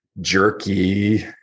jerky